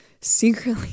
secretly